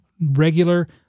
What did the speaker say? regular